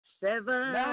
Seven